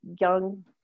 young